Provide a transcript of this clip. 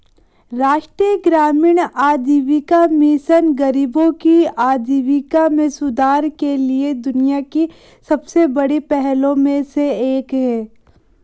राष्ट्रीय ग्रामीण आजीविका मिशन गरीबों की आजीविका में सुधार के लिए दुनिया की सबसे बड़ी पहलों में से एक है